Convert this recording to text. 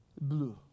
blue